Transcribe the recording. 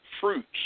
fruits